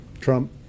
Trump